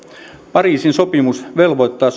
pariisin sopimus velvoittaa